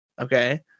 Okay